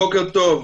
בוקר טוב,